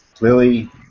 Lily